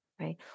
right